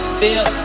feel